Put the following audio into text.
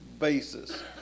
basis